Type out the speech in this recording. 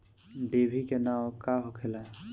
डिभी के नाव का होखेला?